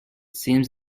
seems